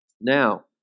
Now